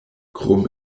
krom